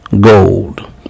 gold